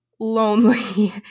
lonely